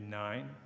nine